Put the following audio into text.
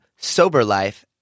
SOBERLIFE